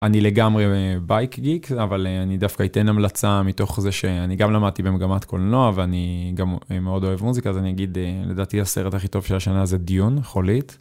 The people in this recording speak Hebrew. אני לגמרי בייק גיק, אבל אני דווקא אתן המלצה מתוך זה שאני גם למדתי במגמת קולנוע, ואני גם מאוד אוהב מוזיקה, אז אני אגיד, לדעתי הסרט הכי טוב של השנה זה "דיון" - "חולית".